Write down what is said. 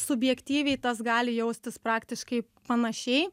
subjektyviai tas gali jaustis praktiškai panašiai